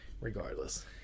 regardless